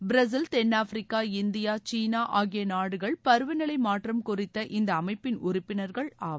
Brazil தென்னாப்பிரிக்கா India சீனா ஆகிய நாடுகள் பருவநிலை மாற்றம் குறித்த இந்த அமைப்பின் உறுப்பினர்கள் ஆவர்